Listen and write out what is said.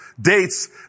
dates